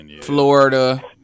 Florida